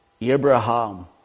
Abraham